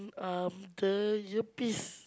um the earpiece